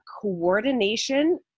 coordination